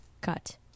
cut